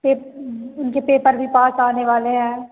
फिर उनके पेपर भी पास आने वाले हैं